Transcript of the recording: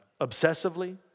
Obsessively